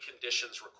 conditions